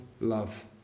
love